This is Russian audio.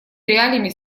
реалиями